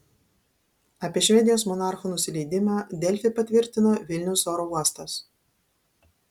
apie švedijos monarchų nusileidimą delfi patvirtino vilniaus oro uostas